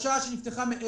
חדשה שנפתחה מאפס.